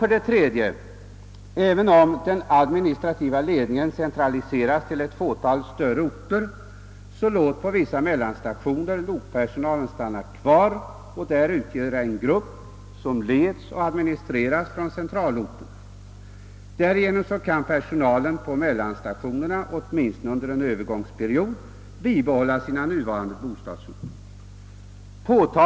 För det tredje, även om den administrativa ledningen .centraliseras till ett fåtal större orter, bör på vissa mellanstationer lokpersonalen få stanna kvar och där utgöra en grupp som leds och administreras från centralorten. Därigenom kan personalen på mellanstationerna, åtminstone under en övergångsperiod, bibehålla sina nuvarande bostadsorter.